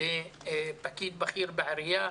לבין פקיד בכיר בעירייה,